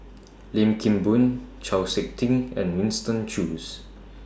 Lim Kim Boon Chau Sik Ting and Winston Choos